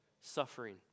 suffering